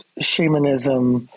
shamanism